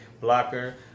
blocker